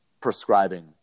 prescribing